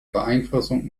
beeinflussung